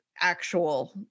actual